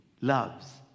loves